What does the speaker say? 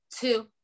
Two